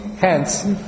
Hence